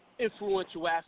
Influential